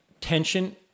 tension